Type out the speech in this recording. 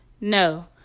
No